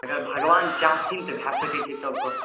अगर भगवान् चाहथिन तऽ भए सकै छै सबके